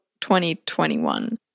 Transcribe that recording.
2021